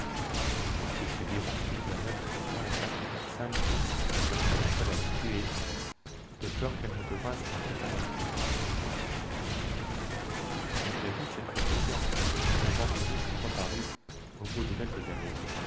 on fit subir ensuite le même traitement aux quatre personnes quarnold paul avait tuées de peur qu'elles ne devînsent vampires à leur tour malgré toutes ces précautions le vampirisme reparut au bout de quelques années